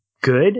good